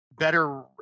Better